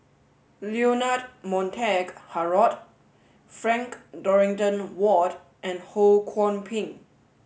Leonard Montague Harrod Frank Dorrington Ward and Ho Kwon Ping